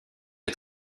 est